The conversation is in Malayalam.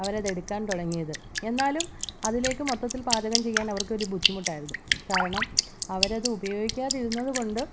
അവർ അത് എടുക്കാൻ തുടങ്ങിയത് എന്നാലും അതിലേക്ക് മൊത്തത്തിൽ പാചകം ചെയ്യാൻ അവർക്കൊരു ബുദ്ധിമുട്ടായിരുന്നു കാരണം അവർ അത് ഉപയോഗിക്കാതിരുന്നത് കൊണ്ട്